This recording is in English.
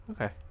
Okay